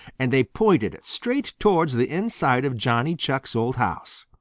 and they pointed straight towards the inside of johnny chuck's old house.